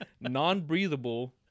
Non-breathable